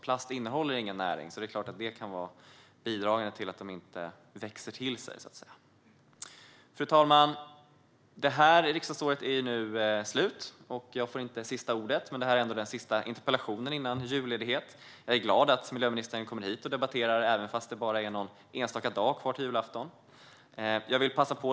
Plast innehåller ju ingen näring, så det kan vara bidragande till att de inte växer till sig. Fru talman! Arbetet i riksdagen är slut för i år, och jag får inte sista ordet, men det här är ändå sista interpellationsdebatten före julledigheten. Jag är glad att miljöministern kom hit och debatterade även om det bara är någon enstaka dag kvar till julafton.